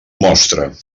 mostra